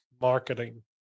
marketing